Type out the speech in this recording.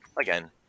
again